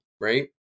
right